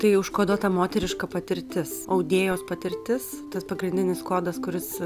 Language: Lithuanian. tai užkoduota moteriška patirtis audėjos patirtis tas pagrindinis kodas kuris